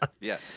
Yes